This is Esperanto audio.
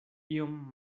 iom